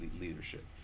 leadership